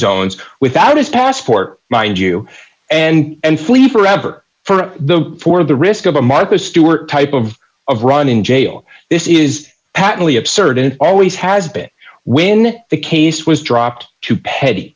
zones without his passport mind you and flee forever for the for the risk of a martha stewart type of of run in jail this is patently absurd and always has been when the case was dropped to pe